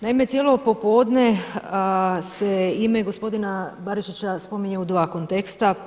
Naime, cijelo popodne se ime gospodina Barišića spominje u dva konteksta.